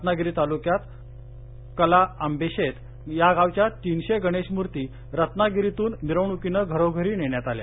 रत्नागिरी तालुक्यात कर्ला आंबेशेत गावच्या तीनशे गणेशमूर्ती रत्नागिरीतून मिरवणुकीनं घरोघरी नेण्यात आल्या